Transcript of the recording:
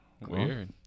Weird